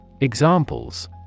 Examples